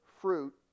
fruit